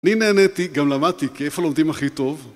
אני נהניתי, גם למדתי, כי איפה לומדים הכי טוב?